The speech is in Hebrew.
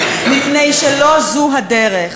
מפני שלא זו הדרך